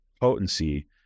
potency